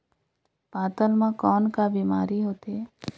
पातल म कौन का बीमारी होथे?